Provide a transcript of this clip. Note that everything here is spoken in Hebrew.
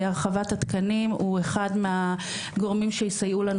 מעונות מסובסדים.